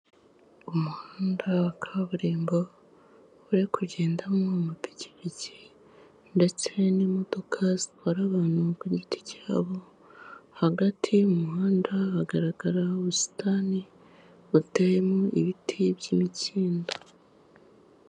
Umuhanda wa kaburimbo uri kugendamo amapikipiki ndetse n'imodoka zitwara abantu ku giti cyabo, hagati y'umuhanda hagaragara ubusitani buteyemo ibiti by'imikindo.